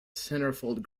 centerfold